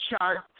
chart